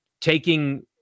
taking